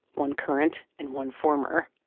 one current and one former.